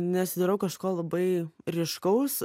nesidarau kažko labai ryškaus